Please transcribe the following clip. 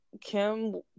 Kim